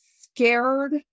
scared